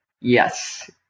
yes